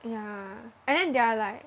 ya and then they are like